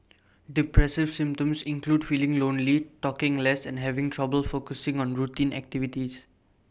depressive symptoms include feeling lonely talking less and having trouble focusing on routine activities